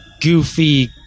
goofy